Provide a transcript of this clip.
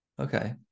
Okay